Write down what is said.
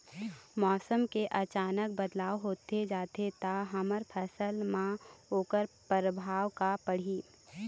मौसम के अचानक बदलाव होथे जाथे ता हमर फसल मा ओकर परभाव का पढ़ी?